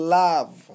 love